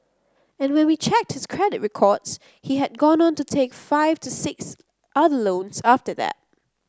and when we checked his credit records he had gone on to take five to six other loans after that